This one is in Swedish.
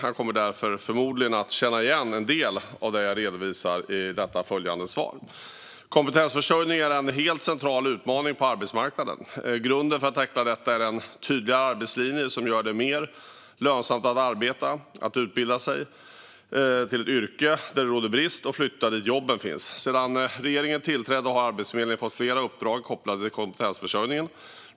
Han kommer därför förmodligen att känna igen en del av vad jag redovisar i följande svar. Kompetensförsörjning är en helt central utmaning på arbetsmarknaden. Grunden för att tackla detta är en tydligare arbetslinje som gör det mer lönsamt att arbeta, att utbilda sig till ett yrke där det råder brist och att flytta dit där jobben finns. Sedan regeringen tillträdde har Arbetsförmedlingen fått flera uppdrag kopplade till kompetensförsörjningen.